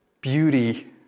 beauty